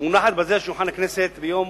"מונחת בזה על שולחן הכנסת, ביום